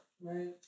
right